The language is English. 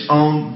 own